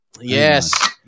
Yes